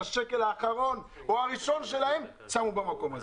את השקל האחרון או הראשון שלהם במקום הזה.